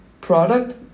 product